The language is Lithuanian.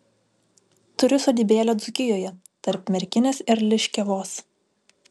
turiu sodybėlę dzūkijoje tarp merkinės ir liškiavos